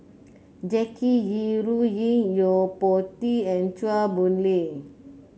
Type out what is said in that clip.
Jackie Yi Ru Ying Yo Po Tee and Chua Boon Lay